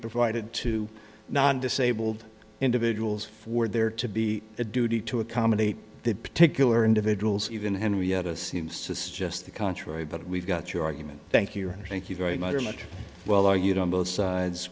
provided to non disabled individuals for there to be a duty to accommodate that particular individuals even henrietta seems to suggest the contrary but we've got your argument thank you thank you very much well argued on both sides